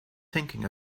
thinking